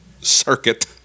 circuit